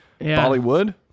bollywood